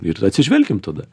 ir atsižvelkim tada